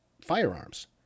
firearms